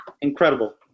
incredible